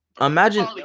imagine